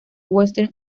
western